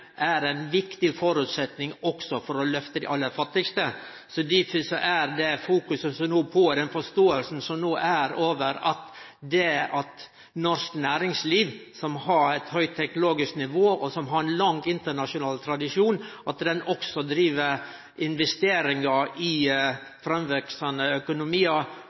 er ein viktig føresetnad også for å lyfte dei aller fattigaste. Difor er den forståinga som no finst for at norsk næringsliv, som har eit høgt teknologisk nivå, og som har ein lang internasjonal tradisjon, også driv investeringar i framveksande økonomiar